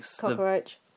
Cockroach